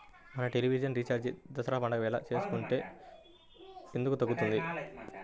మన television recharge Dasara పండగ వేళ వేసుకుంటే ఎందుకు తగ్గుతుంది?